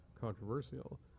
controversial